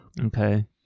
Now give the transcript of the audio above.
Okay